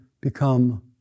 become